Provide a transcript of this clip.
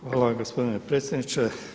Hvala gospodine predsjedniče.